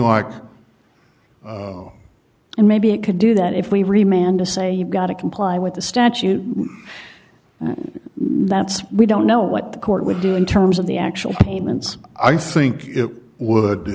like and maybe it could do that if we remained to say you've got to comply with the statute that's we don't know what the court would do in terms of the actual payments i think it would